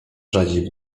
rzadziej